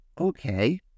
Okay